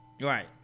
Right